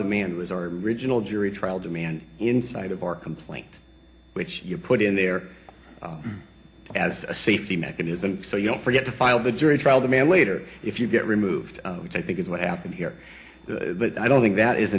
demand was our regional jury trial demand inside of our complaint which you put in there as a safety mechanism so you don't forget to file the jury trial demand later if you get removed which i think is what happened here but i don't think that is